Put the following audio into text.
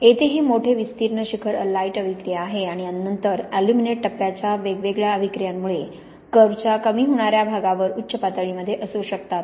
येथे हे मोठे विस्तीर्ण शिखर अलाइट अभिक्रिया आहे आणि नंतर अल्युमिनेट टप्प्याच्या वेगवेगळ्या अभिक्रियांमुळे कर्व्हच्या कमी होणाऱ्या भागावर उच्च पातळीमध्ये असू शकतात